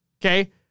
okay